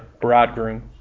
bridegroom